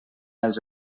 els